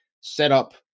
setup